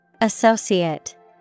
Associate